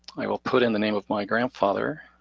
i will put in the name of my grandfather.